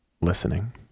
listening